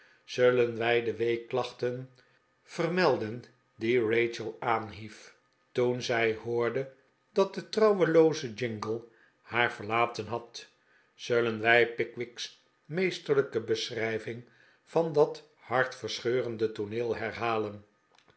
zullen wij de weeklachten vermelden die rachel aanhief toen zij hoorde dat de trouwelooze jingle haar verlaten had zullen wij pickwick's meesterlijke beschrijving van dat hartverseheurende tooneel herhalen